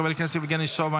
חבר הכנסת יבגני סובה,